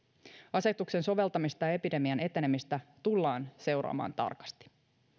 asetuksen soveltamista ja epidemian etenemistä tullaan seuraamaan tarkasti